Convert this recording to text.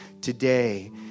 today